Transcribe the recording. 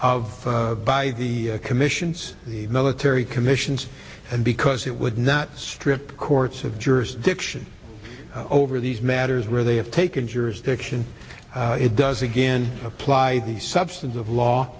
f by the commissions the military commissions and because it would not strip courts have jurisdiction over these matters where they have taken jurisdiction it does again apply the substance of law